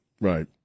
right